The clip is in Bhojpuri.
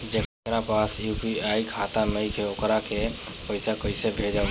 जेकरा पास यू.पी.आई खाता नाईखे वोकरा के पईसा कईसे भेजब?